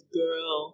girl